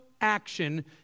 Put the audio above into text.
action